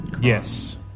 Yes